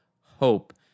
hope